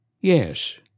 Yes